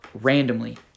randomly